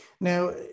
Now